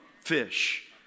fish